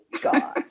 God